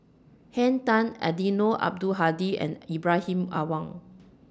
Henn Tan Eddino Abdul Hadi and Ibrahim Awang